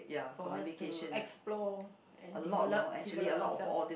for us to explore and develop develop ourself